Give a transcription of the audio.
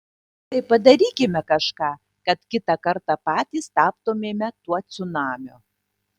tai padarykime kažką kad kitą kartą patys taptumėme tuo cunamiu